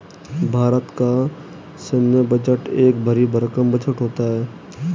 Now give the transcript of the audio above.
भारत का सैन्य बजट एक भरी भरकम बजट होता है